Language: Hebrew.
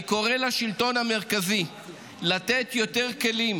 אני קורא לשלטון המרכזי לתת יותר כלים